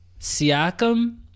Siakam